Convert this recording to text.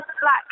black